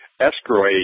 escrow